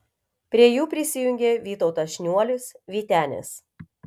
prie jų prisijungė vytautas šniuolis vytenis